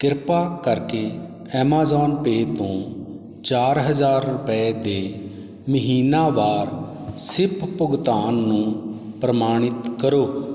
ਕਿਰਪਾ ਕਰਕੇ Amazon pay ਤੋਂ ਚਾਰ ਹਜ਼ਾਰ ਰੁਪਏ ਦੇ ਮਹੀਨਾਵਾਰ ਸਿਪ ਭੁਗਤਾਨ ਨੂੰ ਪ੍ਰਮਾਣਿਤ ਕਰੋ